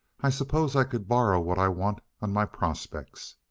i suppose i could borrow what i want on my prospects.